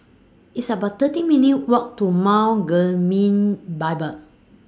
It's about thirteen minutes' Walk to Mount Bible